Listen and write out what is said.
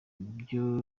byo